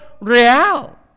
real